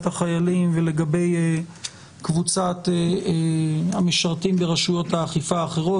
החיילים ולגבי קבוצת המשרתים ברשויות האכיפה האחרות.